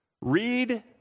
Read